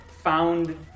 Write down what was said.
Found